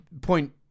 point